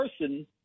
person